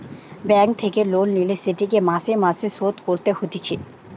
bank থেকে loan লিলে সেটিকে মাসে মাসে শোধ করতে হতিছে